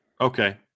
Okay